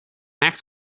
act